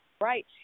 right